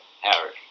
Harris